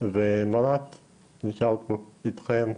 ומרט נשאר פה איתכם,